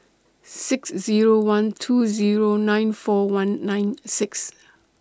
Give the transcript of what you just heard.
six Zero one two Zero nine four one nine six